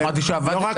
אבל לא אמרתי שעבדת.